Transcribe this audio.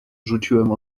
rzuciłem